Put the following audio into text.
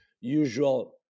usual